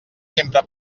sempre